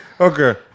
Okay